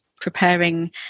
preparing